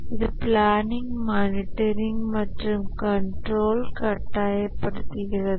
இது planning monitoring மற்றும் control கட்டாயப்படுத்துகிறது